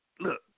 look